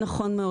נכון מאוד.